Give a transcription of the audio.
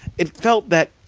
it felt that,